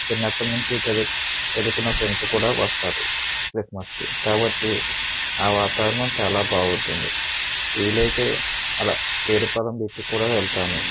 చిన్నప్పుటి నుంచి చదు చదువుకున్న ఫ్రెండ్స్ కూడా వస్తారు క్రిస్మస్కి కాబట్టి ఆ వాతావరణం చాలా బాగుంటుంది వీలైతే అలా పేరుపాలెం బీచ్కి కూడా వెళ్తాము